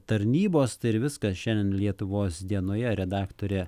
tarnybos tai ir viskas šiandien lietuvos dienoje redaktorė